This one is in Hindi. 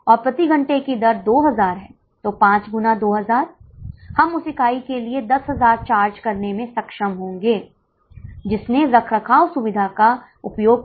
इसलिए हमने लागत संरचना रैखिक होनी चाहिए इस अवधारणा को माफ कर दिया है और हमने अर्ध परिवर्तनीय लागत की अनुमति दी है